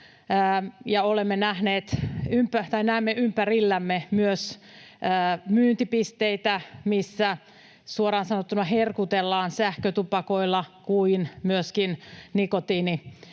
näemme ympärillämme myös myyntipisteitä, joissa suoraan sanottuna herkutellaan niin sähkötupakoilla kuin myöskin nikotiinipusseilla.